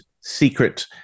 secret